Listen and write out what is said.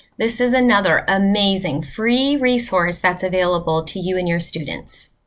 this is another amazing free resource that's available to you and your students.